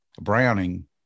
Browning